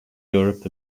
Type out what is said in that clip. europe